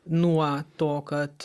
nuo to kad